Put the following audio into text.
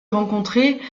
rencontrés